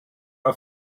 are